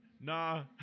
Nah